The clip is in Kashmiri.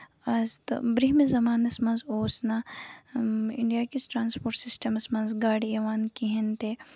برٛوہمِس زَمانَس منٛز اوس نہٕ اِنڈیاکِس ٹرانَسپوٹ سِسٹمَس منٛز گاڑِ یِوان کِہینۍ تہِ